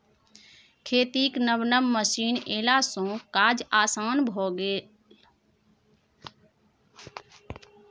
खेतीक नब नब मशीन एलासँ काज आसान भए गेल